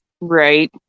Right